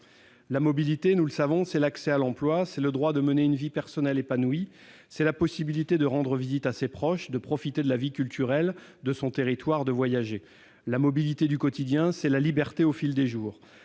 La mobilité, nous le savons, c'est l'accès à l'emploi, le droit de mener une vie personnelle épanouie et la possibilité de rendre visite à ses proches, de profiter de la vie culturelle de son territoire, de voyager. La mobilité du quotidien, c'est la liberté au fil des jours.